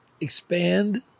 expand